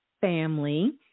family